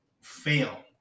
fail